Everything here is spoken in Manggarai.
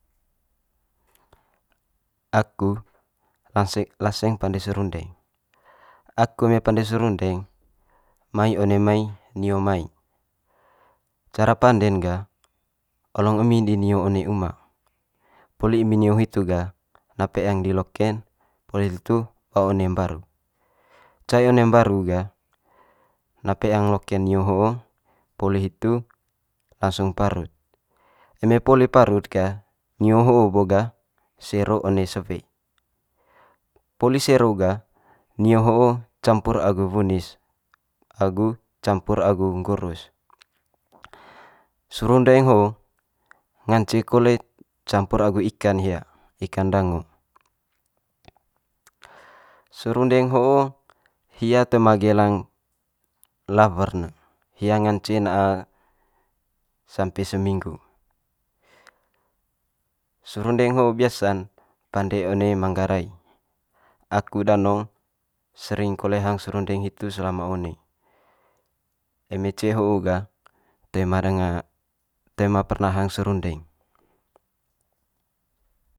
aku lase laseng pande serundeng, aku eme pande serundeng mai one mai nio mai. Cara pande'n gah olong emi di nio one uma poli emi nio hitu gah na peang di loke'n poli hitu ba one mbaru. Cai one mbaru gah, na peang loke'n nio ho'o poli hitu langsung parut. Eme poli parut ga nio ho'o bo gah sero one sewe, poli sero gah nio campur agu wunis agu campur agu nggurus. Serundeng ho'o ngance kole campur agu ikan hia, ikan dango. Serundeng ho'o hia toe ma gelang lawer ne hia ngance na'a sampe seminggu. Serundeng ho biasa'n pande one manggarai, aku danong sering kole hang serundeng hitu selama one, eme ce'e ho gah toe ma danga toe ma perna hang sserundeng.